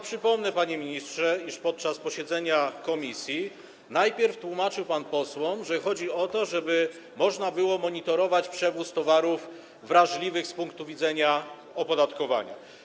Przypomnę, panie ministrze, iż podczas posiedzenia komisji najpierw tłumaczył pan posłom, że chodzi o to, żeby można było monitorować przewóz towarów wrażliwych z punktu widzenia opodatkowania.